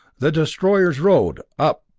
the destroyers rode up,